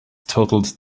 totaled